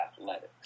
athletics